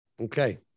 Okay